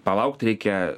palaukt reikia